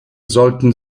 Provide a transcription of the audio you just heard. sollten